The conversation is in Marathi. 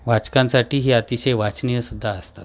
वाचकांसाठी ही अतिशय वाचनीय सुद्धा असतात